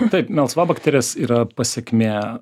taip melsvabakterės yra pasekmė